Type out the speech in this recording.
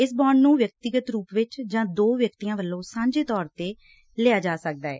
ਇਸ ਬਾਂਡ ਨੁੰ ਵਿਅਕਤੀਗਤ ਰੁਪ ਵਿਚ ਜਾਂ ਦੋ ਵਿਅਕਤੀਆਂ ਵੱਲੋਂ ਸਾਂਝੇ ਤੌਰ ਤੇ ਲਈ ਜਾ ਸਕਦੀ ਏ